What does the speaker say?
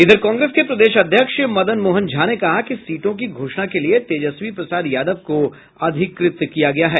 इधर कांग्रेस के प्रदेश अध्यक्ष मदन मोहन झा ने कहा कि सीटों की घोषणा के लिए तेजस्वी प्रसाद यादव को अधिकृत किया गया है